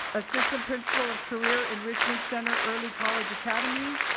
assistant principal of career enrichment center early college academy.